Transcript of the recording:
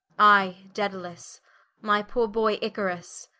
i dedalus my poore boy icarus,